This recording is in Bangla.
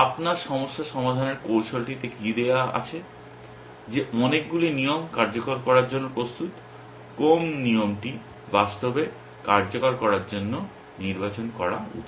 আপনার সমস্যা সমাধানের কৌশলটিতে কী দেওয়া আছে যে অনেকগুলি নিয়ম কার্যকর করার জন্য প্রস্তুত কোন নিয়মটি বাস্তবে কার্যকর করার জন্য নির্বাচন করা উচিত